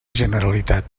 generalitat